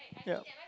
ya